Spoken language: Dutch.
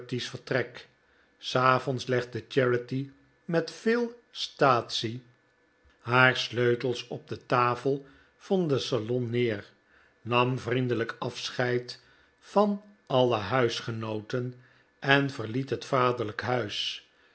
charity's vertrek s avonds legde charity met veel staatsie haar sleutels op de tafel van den salon neer nam vriendelijk afscheid van alle huisgenooten en verliet het vaderlijk huis